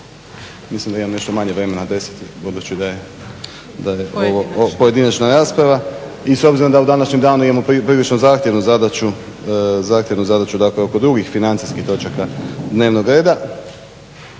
mislim da imam nešto manje vremena, 10 budući da je ovo pojedinačna rasprava i s obzirom da u današnjem danu imamo prilično zahtjevnu zadaću oko drugih financijskih točaka dnevnog reda.